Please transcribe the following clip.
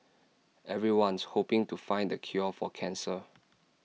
everyone's hoping to find the cure for cancer